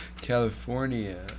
California